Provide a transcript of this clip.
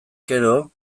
gero